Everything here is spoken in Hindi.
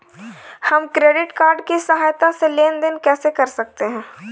हम क्रेडिट कार्ड की सहायता से लेन देन कैसे कर सकते हैं?